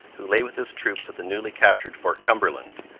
who lay with his troops at the newly captured fort cumberland,